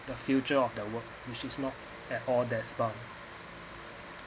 the future of their work which is not at all desk-bound